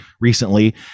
recently